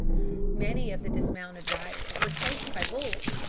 many of the dismounted riders were chased by bulls,